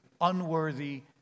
unworthy